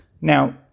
Now